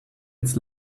its